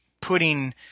putting